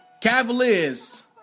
Cavaliers